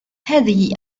هذه